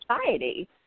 society